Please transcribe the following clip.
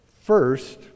First